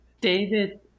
David